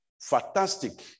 Fantastic